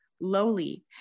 lowly